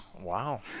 wow